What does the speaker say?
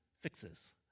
fixes